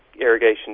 irrigation